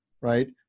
right